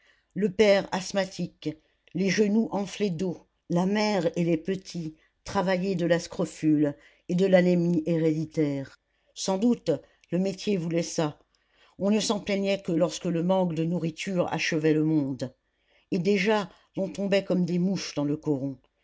le père asthmatique les genoux enflés d'eau la mère et les petits travaillés de la scrofule et de l'anémie héréditaires sans doute le métier voulait ça on ne s'en plaignait que lorsque le manque de nourriture achevait le monde et déjà l'on tombait comme des mouches dans le coron